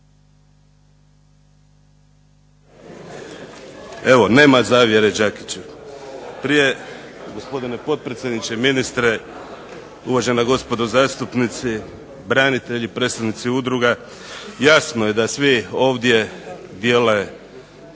Evo nema zavjere Đakiću. Prije, gospodine potpredsjedniče, ministre, uvažena gospodo zastupnici, branitelji, predsjednici udruga. Jasno je da svi ovdje dijele